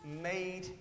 made